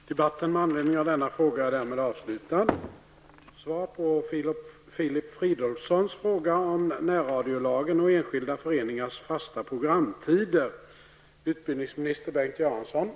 Bibelmaraton -- med anledning av 450-årsjubileet av den svenska bibeln -- har väckt stort uppseende. Är statsrådet beredd lägga förslag om en ändring av närradiolagen som markerar att evenemang av mycket stort allmänintresse skall gå före enskilda föreningars fasta programtider?